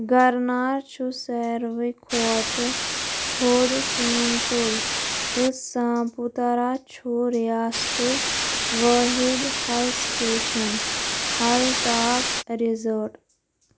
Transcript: گرنار چھُ ساروِی کھۄتہٕ تھود تیٚنتول تہٕ ساپوترا چھُ ریاستُک وٲحِد hill station hill top resort